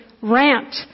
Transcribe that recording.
rant